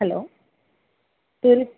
hello